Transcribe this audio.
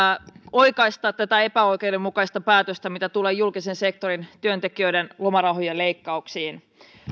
oikaista tätä epäoikeudenmukaista päätöstä mitä tulee julkisen sektorin työntekijöiden lomarahojen leikkauksiin